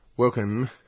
Welcome